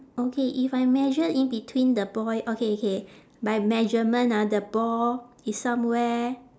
okay if I measure in between the boy okay okay my measurement ah the ball is somewhere